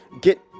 Get